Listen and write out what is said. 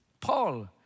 Paul